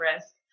risk